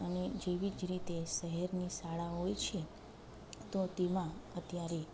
અને જેવી જ રીતે શહેરની શાળા હોય છે તો તેમાં અત્યારે